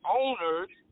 owners